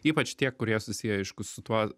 ypač tie kurie susiję aišku su tuo